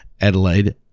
adelaide